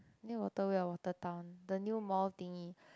near waterway or water town the new mall thingy